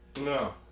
No